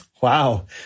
wow